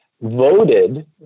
voted